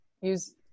Use